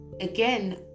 Again